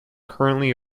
currently